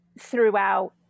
throughout